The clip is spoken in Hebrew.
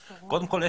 קודם כל,